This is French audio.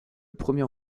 premier